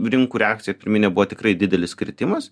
rinkų reakcija pirminė buvo tikrai didelis kritimas